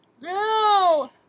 No